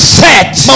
set